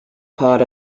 part